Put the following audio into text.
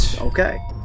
Okay